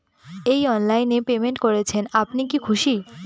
এই অনলাইন এ পেমেন্ট করছেন আপনি কি খুশি?